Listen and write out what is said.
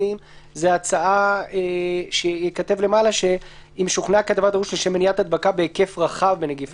אם הצעד הוא למשל שמירה על היגיינה